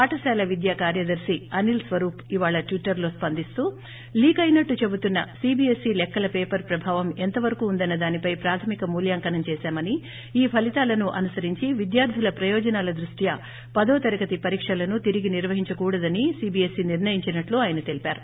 పాఠశాల విద్య కార్యదర్తి అనిల్ స్వరూప్ ఇవాళ ట్విటర్లో స్పందిస్తూ లీక్ అయినట్లు చెబుతున్న సీబీఎస్ఈ లెక్కల పేపర్ ప్రభావం ఎంత వరకు ఉందన్న దానిపై ప్రాథమిక మూల్యాంకనం చేశామని ఈ ఫలీతాలను అనుసరించి విద్యార్దుల ప్రయోజనాల దృష్ట్యా పదోతరగతి పరీక్షలను తిరిగి నిర్వహించకూడదని సీబీఎస్ఈ నిర్ణయించినట్లు ఆయన తెలిపారు